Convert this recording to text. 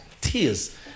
Tears